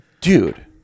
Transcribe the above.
dude